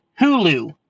Hulu